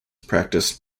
practiced